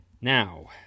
now